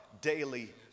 daily